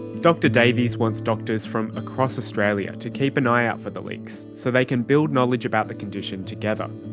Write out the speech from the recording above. dr davies wants doctors from across australia to keep an eye out for the leaks so they can build knowledge about the condition together.